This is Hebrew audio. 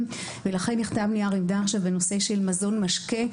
ולכן נכתב נייר עמדה עכשיו בנושא של מזון משקה.